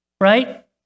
Right